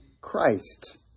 Christ